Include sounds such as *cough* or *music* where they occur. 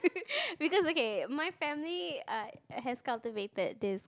*laughs* because okay my family err has cultivated this